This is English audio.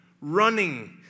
running